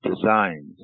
designs